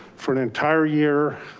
for an entire year,